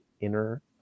inner